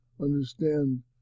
understand